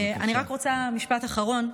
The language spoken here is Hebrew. רק משפט אחרון.